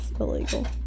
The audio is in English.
illegal